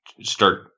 start